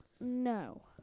No